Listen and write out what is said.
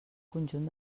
conjunt